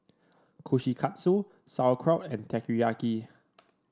Kushikatsu Sauerkraut and Teriyaki